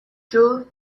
two